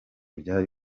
byari